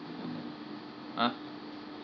ah